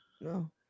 No